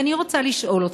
ואני רוצה לשאול אותך: